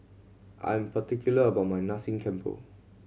I am particular about my Nasi Campur